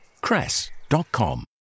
cress.com